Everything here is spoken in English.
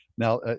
Now